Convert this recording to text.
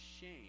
shame